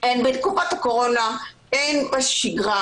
הן בתקופת הקורונה והן בשגרה.